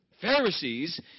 Pharisees